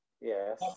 yes